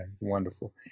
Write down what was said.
wonderful